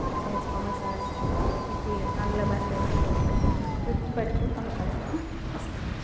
science commerce arts इति आङ्ग्लभाषायां किम् उच्यते तद् पठितुम् अवकाशः अस्ति